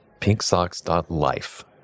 pinksocks.life